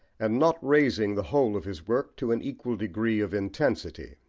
and not raising the whole of his work to an equal degree of intensity.